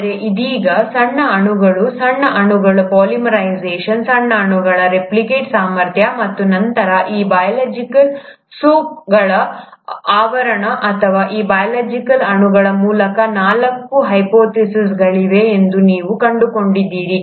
ಆದರೆ ಇದೀಗ ಸಣ್ಣ ಅಣುಗಳ ಸಣ್ಣ ಅಣುಗಳ ಪಾಲಿಮರೈಝೇಷನ್ ಸಣ್ಣ ಅಣುಗಳ ರೆಪ್ಲಿಕೇಟ್ ಸಾಮರ್ಥ್ಯ ಮತ್ತು ನಂತರ ಈ ಬಯೋಲಾಜಿಕಲ್ ಸೂಪ್ಗಳ ಆವರಣ ಅಥವಾ ಈ ಬಯೋಲಾಜಿಕಲ್ ಅಣುಗಳ ಮೂಲಕ ನಾಲ್ಕು ಹೈಪೋಥಿಸೀಸ್ಗಳಿವೆ ಎಂದು ನೀವು ಕಂಡುಕೊಂಡಿದ್ದೀರಿ